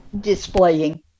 displaying